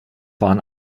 waren